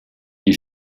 die